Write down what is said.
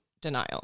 denial